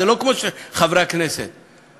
זה לא כמו כשחברי הכנסת מגישים.